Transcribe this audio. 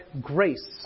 grace